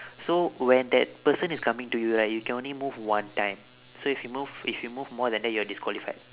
so when that person is coming to you right you can only move one time so if you move if you move more than that you are disqualified